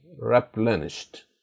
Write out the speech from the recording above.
replenished